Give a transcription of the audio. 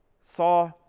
saw